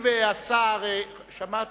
חבר הכנסת מילר,